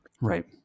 Right